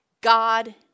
God